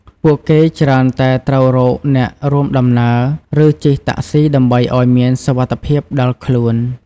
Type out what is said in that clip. ពួកគេច្រើនតែត្រូវរកអ្នករួមដំណើរ ឬជិះតាក់ស៊ីដើម្បីឱ្យមានសុវត្ថិភាពដល់ខ្លួន។